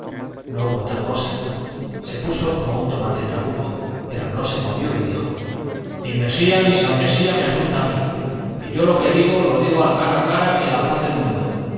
no hubo tal cosa se puso como un tomate trabuco pero no se movió y dijo ni mesía ni san mesía me asustan a mí y yo lo que digo lo digo cara a cara y a la faz del mundo